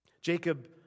Jacob